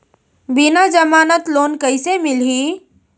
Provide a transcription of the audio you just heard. बिना जमानत लोन कइसे मिलही?